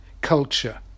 culture